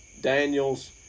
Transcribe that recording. Daniels